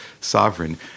sovereign